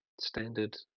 standard